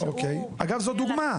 אגב זו דוגמא.